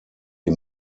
die